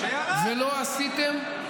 ולא עשיתם,